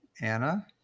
Anna